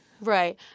Right